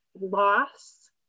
loss